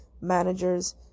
managers